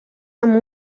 amb